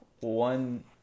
One